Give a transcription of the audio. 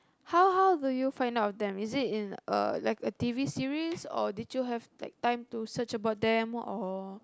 how how do you find out of them is it in a like a t_v series or did you have like time to search about them or